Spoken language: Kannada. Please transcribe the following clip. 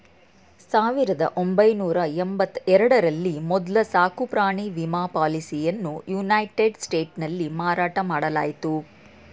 ಸಾವಿರದ ಒಂಬೈನೂರ ಎಂಬತ್ತ ಎರಡ ರಲ್ಲಿ ಮೊದ್ಲ ಸಾಕುಪ್ರಾಣಿ ವಿಮಾ ಪಾಲಿಸಿಯನ್ನಯುನೈಟೆಡ್ ಸ್ಟೇಟ್ಸ್ನಲ್ಲಿ ಮಾರಾಟ ಮಾಡಲಾಯಿತು